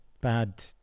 bad